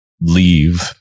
leave